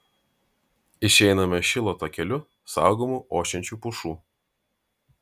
išeiname šilo takeliu saugomu ošiančių pušų